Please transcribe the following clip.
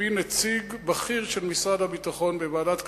מפי נציג בכיר של משרד הביטחון בוועדת הכספים,